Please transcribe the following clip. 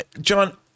John